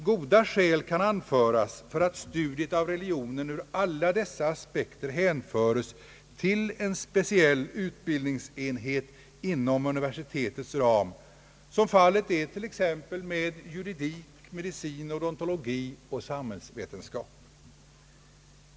Goda skäl kan anföras för att studiet av religionen ur alla dess aspekter hänföres till en speciell utbildningsenhet inom universitetets ram, som fallet är med t.ex. juridik, medicin, odontologi och samhällsvetenskap.